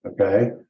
Okay